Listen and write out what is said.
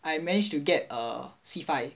I managed to get err C five